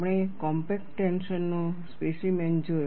આપણે compact tension નો specimen જોયો